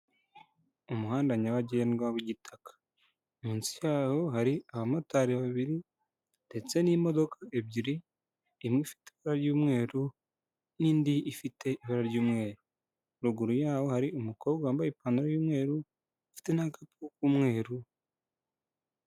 Umuhanda nyabagendwa w'igitaka munsi yawo hari abamotari babiri ndetse n'imodoka ebyiri imwe ifite itara ry'umweru n'indi ifite ibara ry'umweru ,ruguru yaho hari umukobwa wambaye ipantaro y'umweru afite n'agakapu k'umweru.